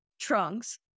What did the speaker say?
trunks